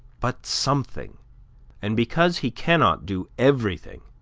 but something and because he cannot do everything,